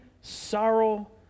sorrow